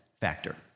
factor